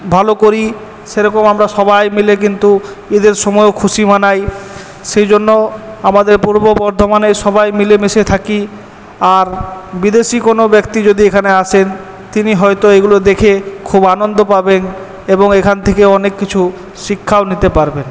ভালো করি সে রকম আমরা সবাই মিলে কিন্তু ঈদের সময়েও খুশি মানাই সেই জন্যও আমাদের পূর্ব বর্ধমানে সবাই মিলে মিশে থাকি আর বিদেশী কোনো ব্যাক্তি যদি এখানে আসেন তিনি হয় তো এগুলো দেখে খুব আনন্দ পাবেন এবং এখান থেকে অনেক কিছু শিক্ষাও নিতে পারবেন